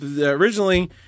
originally